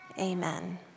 amen